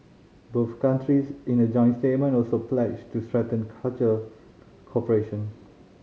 both countries in a joint statement also pledged to strengthen cultural cooperation